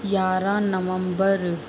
यारहं नवम्बर